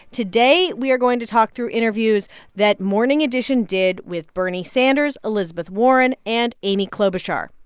today, we are going to talk through interviews that morning edition did with bernie sanders, elizabeth warren and amy klobuchar.